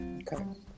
okay